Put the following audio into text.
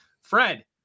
Fred